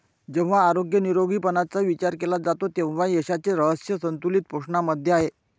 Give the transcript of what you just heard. जेव्हा आरोग्य निरोगीपणाचा विचार केला जातो तेव्हा यशाचे रहस्य संतुलित पोषणामध्ये आहे